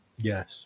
Yes